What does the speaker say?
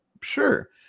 sure